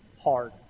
hard